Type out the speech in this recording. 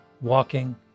walking